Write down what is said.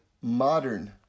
modern